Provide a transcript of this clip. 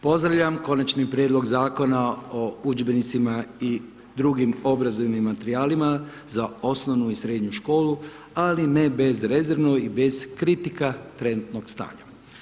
Pozdravljam Konačni prijedlog Zakona o udžbenicima i drugim obrazovnim materijalima za osnovnu i srednju školu, ali ne bez rezervnu i bez kritika trenutnog stanja.